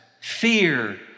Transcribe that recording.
fear